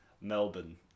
Melbourne